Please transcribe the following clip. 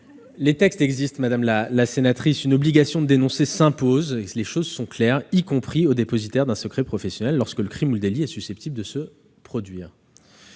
Les textes existent, madame la sénatrice. Une obligation de dénoncer s'impose, y compris au dépositaire d'un secret professionnel lorsque le crime ou le délit est susceptible de se produire.